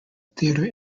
theatre